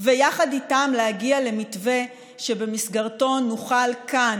ויחד איתם להגיע למתווה שבמסגרתו נוכל כאן,